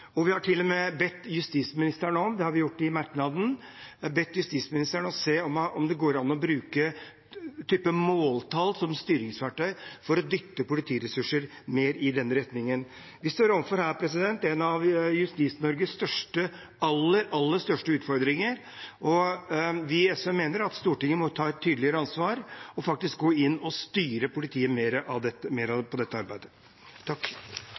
har til og med bedt justisministeren – det har vi gjort i merknaden – om å se om det går an å bruke type måltall som styringsverktøy for å dytte politiressurser mer i den retningen. Vi står her overfor en av Justis-Norges aller, aller største utfordringer, og vi i SV mener at Stortinget må ta et tydeligere ansvar og faktisk gå inn og styre politiet mer i dette arbeidet.